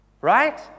right